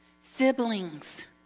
siblings